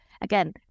again